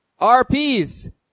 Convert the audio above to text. RPs